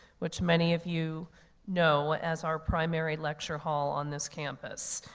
which many of you know as our primary lecture hall on this campus.